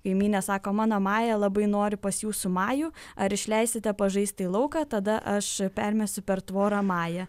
kaimynė sako mano maja labai nori pas jūsų majų ar išleisite pažaisti į lauką tada aš permesiu per tvorą mają